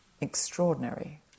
Extraordinary